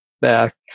back